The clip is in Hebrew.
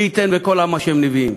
מי ייתן וכל עם ה' נביאים.